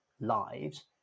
lives